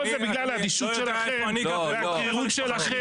כל זה בגלל האדישות שלכם והקרירות שלכם.